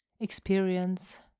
experience